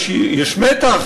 יש מתח,